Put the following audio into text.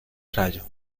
rayo